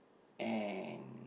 and